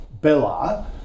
Bella